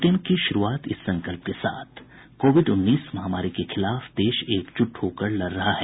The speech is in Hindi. बुलेटिन की शुरूआत से पहले ये संकल्प कोविड उन्नीस महामारी के खिलाफ देश एकजुट होकर लड़ रहा है